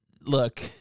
look